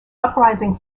uprising